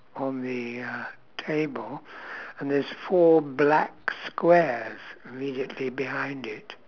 on the uh cable and there's four black squares immediately behind it